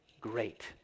great